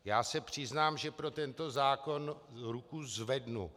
Já se přiznám, že pro tento zákon ruku zvednu.